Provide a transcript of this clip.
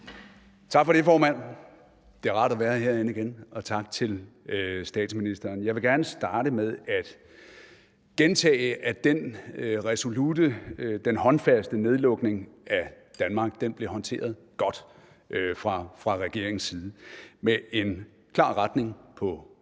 Tak for det, formand, det er rart igen at være herinde, og tak til statsministeren. Jeg vil gerne starte med at gentage, at den resolutte og håndfaste nedlukning af Danmark blev håndteret godt fra regeringens side. Der var en klar retning i